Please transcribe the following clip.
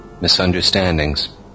misunderstandings